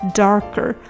darker